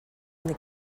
been